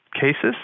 cases